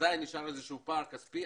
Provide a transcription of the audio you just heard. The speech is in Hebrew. עדיין נשאר איזה שהוא פער כספי.